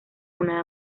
una